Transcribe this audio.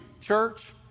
church